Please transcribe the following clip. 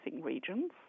regions